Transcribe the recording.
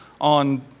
on